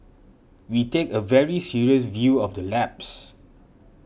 we take a very serious view of the lapse